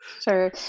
Sure